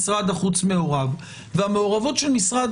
לכן משרד החוץ מערב והמעורבות של משרד